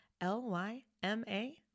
L-Y-M-A